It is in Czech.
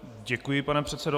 Děkuji, pane předsedo.